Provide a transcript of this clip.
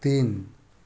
तिन